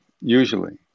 usually